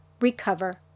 recover